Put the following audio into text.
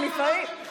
אני לפעמים,